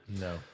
no